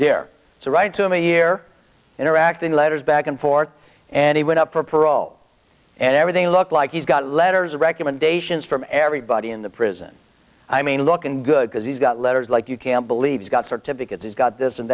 there to write to me here interacting letters back and forth and he went up for parole and everything looked like he's got letters of recommendations from everybody in the prison i mean look and good because he's got letters like you can't believe he's got certificates he's got this and